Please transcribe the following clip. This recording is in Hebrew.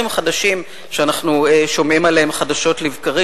חדשים שאנחנו שומעים עליהם חדשות לבקרים.